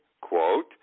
quote